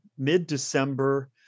mid-December